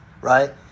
right